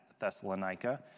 Thessalonica